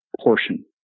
portion